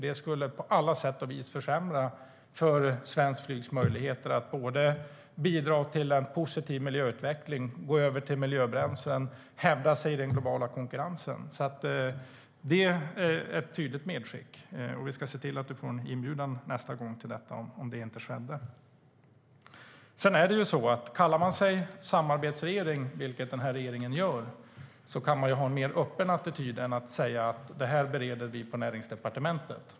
Det skulle på alla sätt och vis försämra för svenskt flygs möjligheter att bidra till en positiv miljöutveckling, till att man går över till miljöbränslen och till att man kan hävda sig i den globala konkurrensen. Så det var ett tydligt medskick. Kallar man sig samarbetsregering, vilket den här regeringen gör, skulle man kunna ha en mer öppen attityd än att säga att ärendet bereds på Näringsdepartementet.